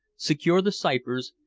secure the ciphers,